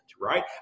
Right